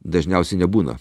dažniausiai nebūna